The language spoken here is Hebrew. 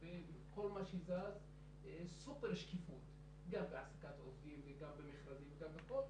ומכל מה שזז סופר שקיפות גם בהעסקת עובדים וגם במכרזים וגם בכל,